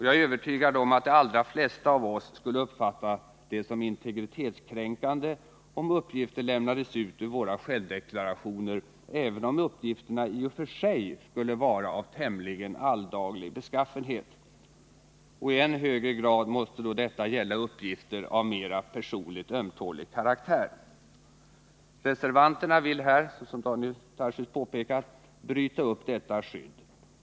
Jag är övertygad om att de allra flesta av oss skulle uppfatta det som integritetskränkande, om uppgifter lämnades ut ur våra självdeklarationer, även om uppgifterna i och för sig skulle vara av tämligen alldaglig beskaffenhet. I än högre grad måste detta då gälla uppgifter av mera personligt ömtålig karaktär. Reservanterna vill, som Daniel Tarschys påpekat, bryta upp detta skydd.